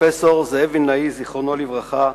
פרופסור זאב וילנאי זיכרונו לברכה,